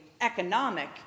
economic